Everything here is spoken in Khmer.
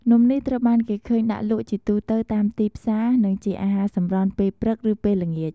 នំនេះត្រូវបានគេឃើញដាក់លក់ជាទូទៅតាមទីផ្សារ និងជាអាហារសម្រន់ពេលព្រឹក ឬពេលល្ងាច។